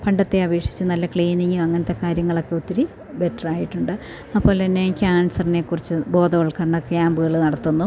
പണ്ടത്തെ അപേക്ഷിച്ച് നല്ല ക്ലീനിങ് അങ്ങനത്തെ കാര്യങ്ങളൊക്കെ ഒത്തിരി ബെറ്ററായിട്ടുണ്ട് അതു പോലെ തന്നെ ക്യാൻസറിനെ കുറിച്ച് ബോധവത്കരണം ക്യാമ്പുകൾ നടത്തുന്നു